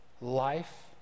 life